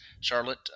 Charlotte